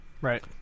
Right